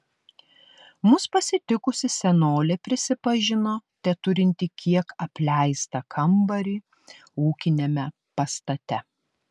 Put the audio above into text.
mus pasitikusi senolė prisipažino teturinti kiek apleistą kambarį ūkiniame pastate